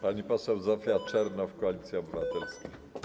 Pani poseł Zofia Czernow, Koalicja Obywatelska.